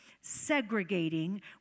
segregating